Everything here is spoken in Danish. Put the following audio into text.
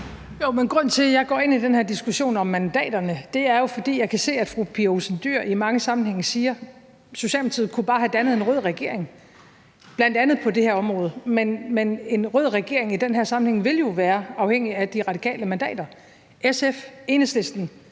grunden til, at jeg går ind i den her diskussion om mandaterne, er jo, at jeg kan se, at fru Pia Olsen Dyhr i mange sammenhænge siger, at Socialdemokratiet bare kunne have dannet en rød regering, bl.a. på det her område. Men en rød regering i den her sammenhæng vil jo være afhængig af De Radikales mandater. SF, Enhedslisten,